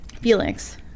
Felix